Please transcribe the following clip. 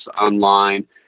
online